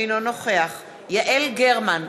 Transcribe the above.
אינו נוכח יעל גרמן,